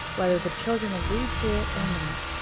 whether the children agreed to it or not.